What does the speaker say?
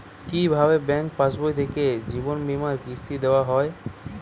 কি ভাবে ব্যাঙ্ক পাশবই থেকে জীবনবীমার কিস্তি দেওয়া হয়?